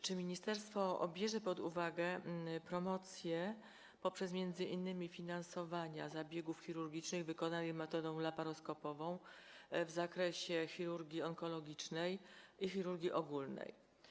Czy ministerstwo bierze pod uwagę promocję m.in. poprzez finansowanie zabiegów chirurgicznych wykonywanych metodą laparoskopową w zakresie chirurgii onkologicznej i chirurgii ogólnej?